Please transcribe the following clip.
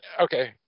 Okay